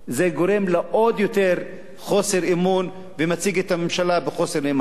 זה גורם לעוד יותר חוסר אמון ומציג את הממשלה בחוסר נאמנות.